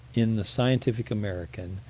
in the scientific american,